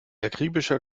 akribischer